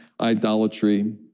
idolatry